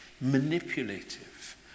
Manipulative